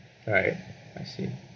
alright I see